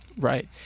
Right